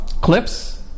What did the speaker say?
clips